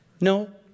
No